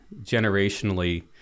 generationally